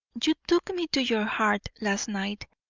you took me to your heart last night,